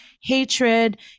hatred